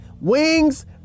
Wings